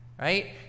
right